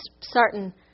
certain